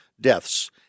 deaths